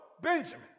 Benjamin